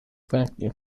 franklin